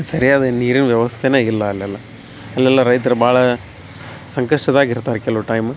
ಸರಿಯಾದ ನೀರಿನ ವ್ಯವಸ್ಥೆನೆ ಇಲ್ಲ ಅಲ್ಲೆಲ್ಲ ಅಲ್ಲೆಲ್ಲ ರೈತ್ರ ಭಾಳ ಸಂಕಷ್ಟದಾಗ ಇರ್ತಾರ ಕೆಲುವು ಟೈಮ್